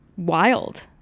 Wild